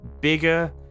bigger